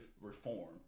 reform